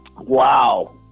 Wow